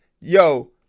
yo